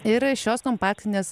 ir šios kompaktinės